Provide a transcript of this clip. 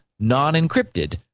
non-encrypted